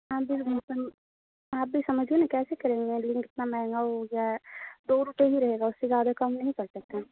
ہاں جی آپ بھی سمجھیے نا کیسے کریں گے لنک کتنا مہنگا ہو گیا ہے دو روپے ہی رہے گا اس سے زیادہ کم نہیں کر سکتے ہیں